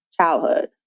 childhood